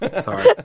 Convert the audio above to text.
Sorry